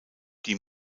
die